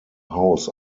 haus